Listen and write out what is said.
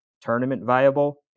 tournament-viable